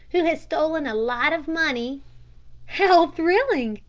who has stolen a lot of money how thrilling!